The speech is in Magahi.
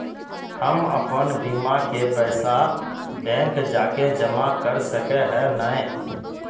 हम अपन बीमा के पैसा बैंक जाके जमा कर सके है नय?